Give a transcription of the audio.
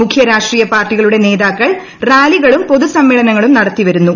മുഖ്യ രാഷ്ട്രീയ പാർട്ടികളുടെ നേതാക്കൾ റാലികളും പൊതുസമ്മേളനങ്ങളും നടത്തിവരുന്നു